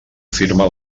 firma